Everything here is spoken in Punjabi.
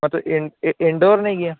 ਮਤਲਬ ਇਨਇੰਡੋਰ ਨੇਂ ਗੀਆਂ